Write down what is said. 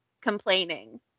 complaining